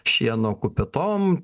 šieno kupetom